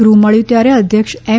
ગૃહ મળ્યું ત્યારે અધ્યક્ષ એમ